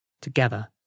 together